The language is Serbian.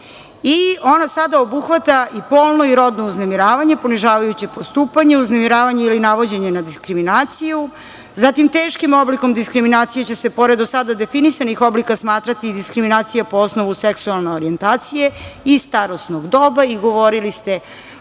Ona sada obuhvata i polno i rodno uznemiravanje, ponižavajuće postupanje, uznemiravanje ili navođenje na diskriminaciju, zatim teškim oblikom diskriminacije će se pored do sada definisanih oblika smatrati i diskriminacija po osnovu seksualne orijentacije i starosnog doba i govorili ste